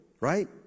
right